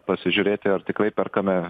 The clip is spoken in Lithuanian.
pasižiūrėti ar tikrai perkame